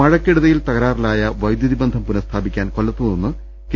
മഴക്കെടുതിയിൽ തകരാറിലായ വൈദ്യുതി ബന്ധം പുനസ്ഥാപി ക്കാൻ കൊല്ലത്തു നിന്ന് കെ